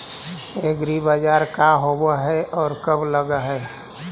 एग्रीबाजार का होब हइ और कब लग है?